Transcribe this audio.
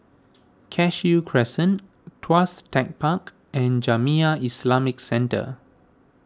Cashew Crescent Tuas Tech Park and Jamiyah Islamic Centre